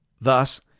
Thus